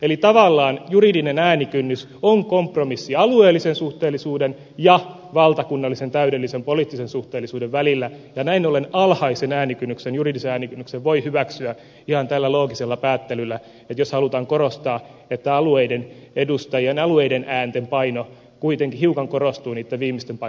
eli tavallaan juridinen äänikynnys on kompromissi alueellisen suhteellisuuden ja valtakunnallisen täydellisen poliittisen suhteellisuuden välillä ja näin ollen alhaisen juridisen äänikynnyksen voi hyväksyä ihan tällä loogisella päättelyllä jos halutaan korostaa että alueiden edustajien alueiden äänten paino kuitenkin hiukan korostuu niitten viimeisten paikkojen jaossa